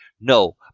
No